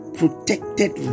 protected